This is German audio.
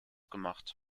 gemacht